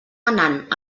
anant